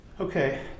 Okay